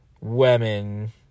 women